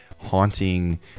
haunting